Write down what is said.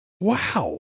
Wow